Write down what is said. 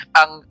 ang